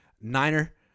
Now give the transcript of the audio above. Niner